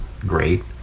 great